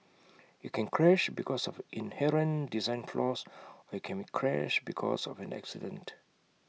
IT can crash because of inherent design flaws or can IT crash because of an accident